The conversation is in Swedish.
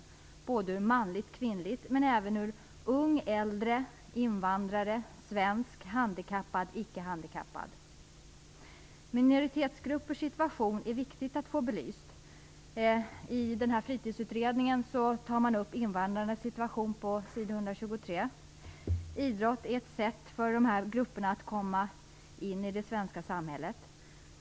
Fördelningen skall vara rättvis i flera avseenden, t.ex. för män och kvinnor, invandrare och svenskar, handikappade och icke handikappade. Det är viktigt att få minoritetsgruppers situation belyst. I Fritidsutredningen tar man på s. 123 upp invandrarnas situation. Idrott är ett sätt för de här grupperna att komma in i det svenska samhället.